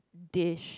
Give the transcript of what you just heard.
dish